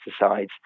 pesticides